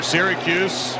Syracuse